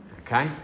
okay